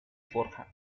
forja